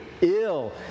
ill